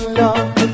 love